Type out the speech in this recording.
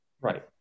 Right